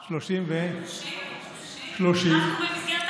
30. אנחנו במסגרת האפסים.